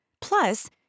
Plus